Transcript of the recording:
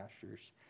pastures